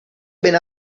ben